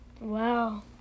Wow